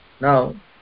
Now